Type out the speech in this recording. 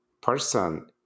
person